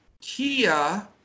Kia